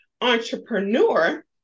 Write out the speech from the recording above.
entrepreneur